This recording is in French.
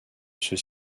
ceux